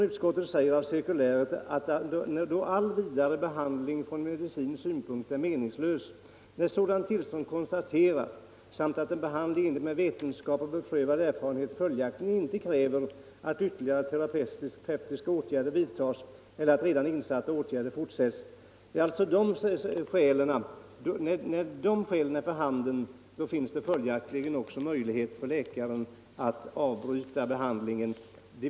Utskottet skriver: ”Av cirkuläret framgår att all vidare behandling från medicinsk synpunkt är meningslös när sådant tillstånd konstaterats samt att en behandling i enlighet med vetenskap och beprövad erfarenhet följaktligen inte kräver att ytterligare terapeutiska åtgärder vidtas eller att redan insatta åtgärder fortsätts.” När de skälen är för handen finns det följaktligen också möjlighet för läkaren att avbryta behandlingen.